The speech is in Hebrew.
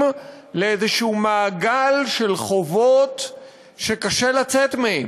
לאיזשהו מעגל של חובות שקשה לצאת מהם.